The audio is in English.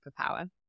superpower